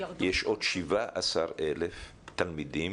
יש עוד 17,000 תלמידים